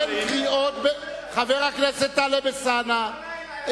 חבר הכנסת טלב אלסאנע,